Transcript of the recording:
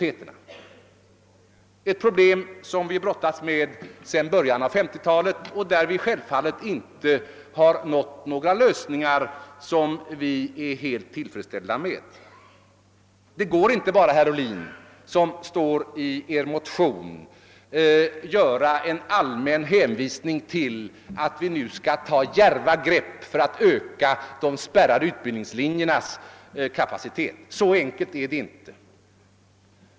Det är ett problem som vi har brottats med sedan början av 1950-talet, och vi har där inte nått några lösningar som vi är helt tillfredsställda med. Det går inte, herr Ohlin, att såsom i er motion bara göra en allmän hänvisning till att vi nu skall ta djärva grepp för att öka de spärrade utbildningslinjernas kapacitet. Så enkelt är det inte.